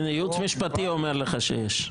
הינה, ייעוץ משפטי אומר לך שיש.